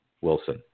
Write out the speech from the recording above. Wilson